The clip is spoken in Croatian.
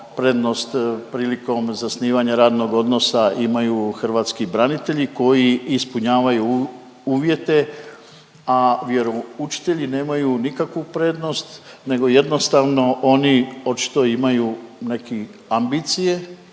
prednost prilikom zasnivanja radnog odnosa imaju hrvatski branitelji koji ispunjavaju uvjete, a vjeroučitelji nemaju nikakvu prednost nego jednostavno oni očito imaju neki ambicije